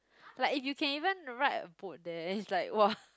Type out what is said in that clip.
like if you can even ride a boat there is like !wah!